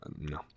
No